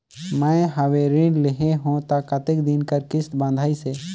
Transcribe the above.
मैं हवे ऋण लेहे हों त कतेक दिन कर किस्त बंधाइस हे?